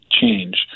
change